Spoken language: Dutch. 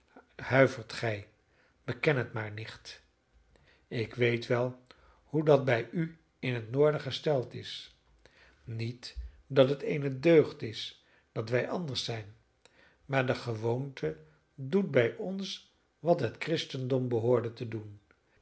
beken het maar nicht ik weet wel hoe dat bij u in het noorden gesteld is niet dat het eene deugd is dat wij anders zijn maar de gewoonte doet bij ons wat het christendom behoorde te doen zij